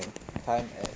time at